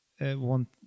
want